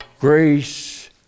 Grace